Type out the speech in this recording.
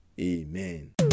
Amen